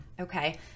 okay